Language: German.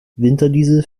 winterdiesel